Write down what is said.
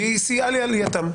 והיא סייעה לעלייתם.